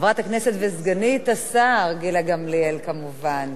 חברת הכנסת וסגנית השר גילה גמליאל, כמובן,